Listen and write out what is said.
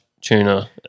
tuna